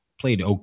played